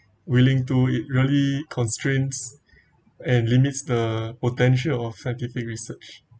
willing to it really constraints and limits the potential of scientific research